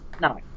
no